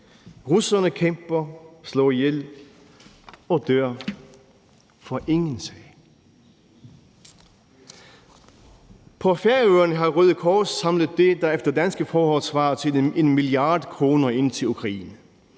russerne kæmper, slår ihjel og dør for ingen sag. På Færøerne har Røde Kors samlet det, der efter danske forhold svarer til 1 mia. kr. ind til Ukraine.